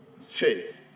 faith